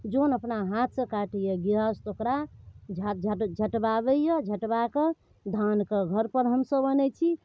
जन अपना हाथसँ काटैए गृहस्थ ओकरा झट झटबाबैए झटबा कऽ धान कऽ घर पर हमसब अनैत छी